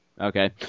Okay